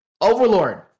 Overlord